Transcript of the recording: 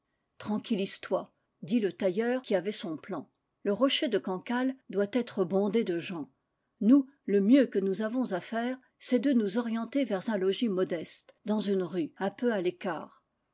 tranquillise-toi dit le tailleur qui avait son plan le hocher de cancale doit être bondé de gens nous le mieux que nous avons à foire c'est de nous orienter vers un logis modeste dans une rue un peu à